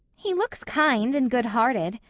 he looks kind and good-hearted,